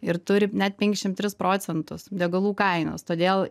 ir turi net penkiasdešimt tris procentus degalų kainos todėl